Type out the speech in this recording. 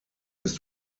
ist